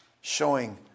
showing